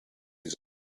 this